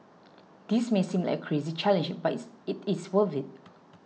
this may seem like a crazy challenge but it's it is worth it